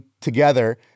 together